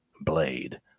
Blade